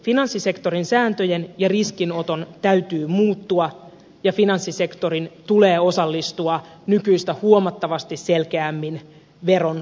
finanssisektorin sääntöjen ja riskinoton täytyy muuttua ja finanssisektorin tulee osallistua nykyistä huomattavasti selkeämmin veronkantoon